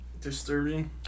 disturbing